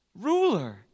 ruler